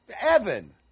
Evan